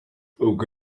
ubwo